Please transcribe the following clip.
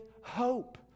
hope